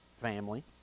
family